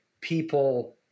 people